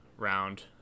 round